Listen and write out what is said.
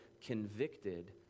convicted